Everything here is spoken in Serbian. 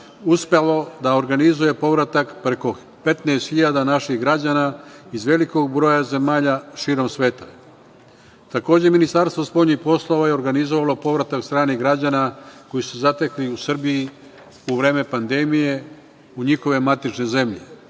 uspelo da organizuje povratak preko 15.000 naših građana iz velikog broja zemalja širom sveta. Takođe, Ministarstvo spoljnih poslova je organizovalo povratak stranih građana koji su se zatekli u Srbiji u vreme pandemije, u njihove matične zemlje.